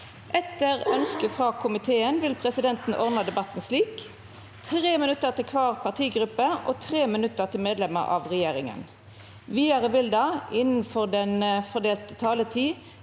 og konstitusjonskomiteen vil presidenten ordne debatten slik: 5 minutter til hver partigruppe og 5 minutter til medlemmer av regjeringen. Videre vil det – innenfor den fordelte taletid